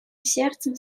сердцем